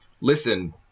listen